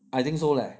I think so leh